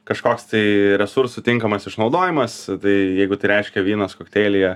kažkoks tai resursų tinkamas išnaudojimas tai jeigu tai reiškia vynas kokteilyje